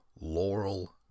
laurel